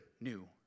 new